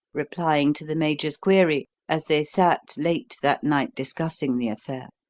replying to the major's query, as they sat late that night discussing the affair.